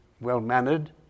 well-mannered